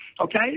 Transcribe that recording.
Okay